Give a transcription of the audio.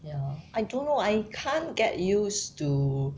ya lor I don't know I can't get used to